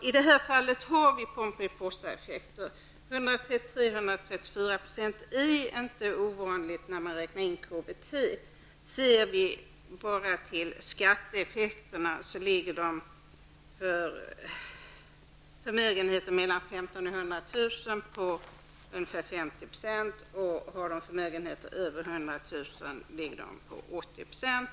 I detta fall har vi Pomperipossaeffekter. Sådana effekter på 133--134 % är inte ovanliga, inberäknat verkeffekterna på KBT. Ser vi bara till skatteeffekterna, finner vi att de för förmögenheter på mellan 15 000 och 100 000 kr. ligger på ungefär 50 %. För förmögenheter över 100 000 kr. ligger de på 80 %.